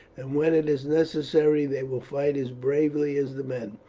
and when it is necessary they will fight as bravely as the men.